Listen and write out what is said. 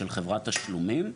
של רשות תשלומים.